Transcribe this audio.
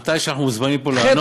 מתי שאנחנו מוזמנים פה לענות,